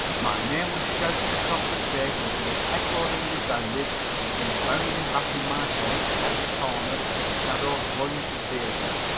my name was shouted across the stage until it echoed and resounded and came bounding back in my face from every corner of the shadow-plunged theater.